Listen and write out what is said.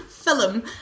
film